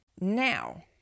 Now